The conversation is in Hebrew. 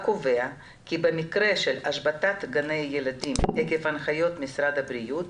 הקובע כי במקרה של השבתת גני ילדים עקב הנחיות משרד הבריאות,